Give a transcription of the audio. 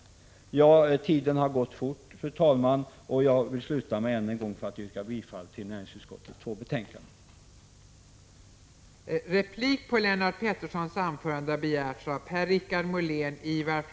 — 23 april 1986 j Tiden har gått fort, fru talman, och jag beslutar mig än en gång för att yrka Energipolitik ifall till näringsutskottets hemställan i dess föreliggande två betänkanden.